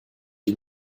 ihm